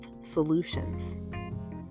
solutions